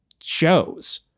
shows